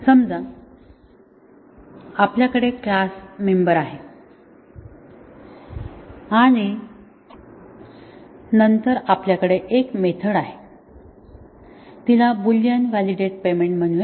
समजा आपल्याकडे class member आहे आणि नंतर आपल्या कडे एक मेथड आहे तिला बूलियन व्हॅलिडेट पेमेंट म्हणूया